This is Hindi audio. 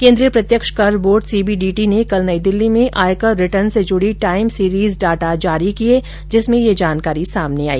केन्द्रीय प्रत्यक्ष कर बोर्ड सीबीडीटी ने कल नई दिल्ली में आयकर रिटर्न से जुडी टाइम सीरीज डाटा जारी किये जिसमें ये जानकारी सामने आई